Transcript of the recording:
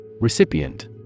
Recipient